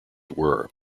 were